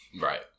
Right